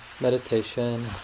meditation